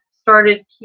started